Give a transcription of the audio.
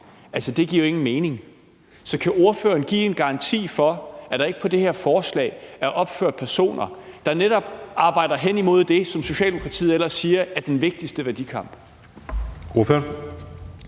masse. Det giver jo ingen mening. Så kan ordføreren give en garanti for, at der ikke på det her forslag er opført personer, der netop arbejder imod det, som Socialdemokratiet ellers siger er den vigtigste værdikamp?